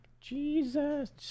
Jesus